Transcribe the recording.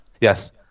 Yes